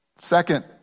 Second